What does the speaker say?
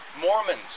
Mormons